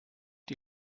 die